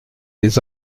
des